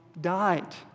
died